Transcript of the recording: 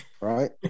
right